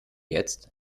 jetzt